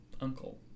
uncle